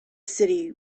city